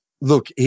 look